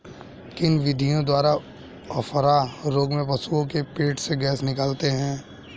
किन विधियों द्वारा अफारा रोग में पशुओं के पेट से गैस निकालते हैं?